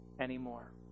anymore